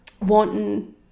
wanting